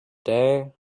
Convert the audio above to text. day